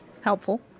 Helpful